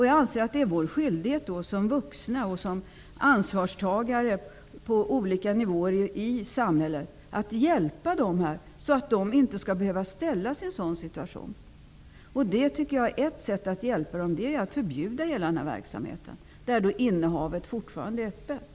Jag anser att det är vår skyldighet som vuxna och som ansvarstagare på olika nivåer i samhället att hjälpa dessa barn, så att de inte skall behöva ställa sig i en sådan situation. Ett sätt att hjälpa dem är att förbjuda hela denna verksamhet -- där ett innehav fortfarande är tillåtet.